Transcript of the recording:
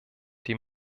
die